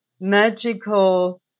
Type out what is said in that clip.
magical